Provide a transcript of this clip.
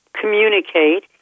communicate